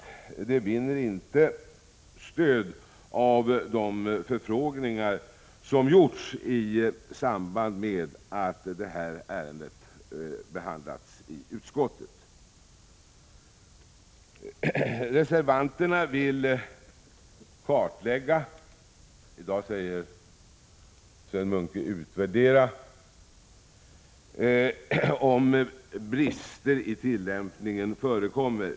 Det vinner inte stöd i de förfrågningar som gjorts i samband med att ärendet behandlats i utskottet. Reservanterna vill kartlägga — i dag säger Sven Munke ”utvärdera” — om brister i tillämpningen förekommer.